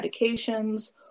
medications